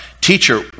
Teacher